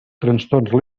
trastorn